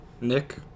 Nick